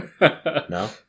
No